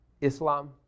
Islam